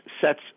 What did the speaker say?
sets